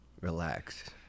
relax